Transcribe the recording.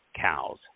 cows